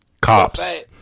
cops